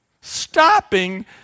Stopping